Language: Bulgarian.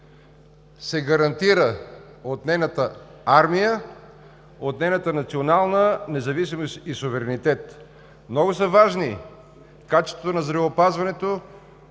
се гарантира от нейната армия, от нейната национална независимост и суверенитет. Много са важни качеството на здравеопазването,